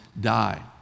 die